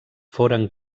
foren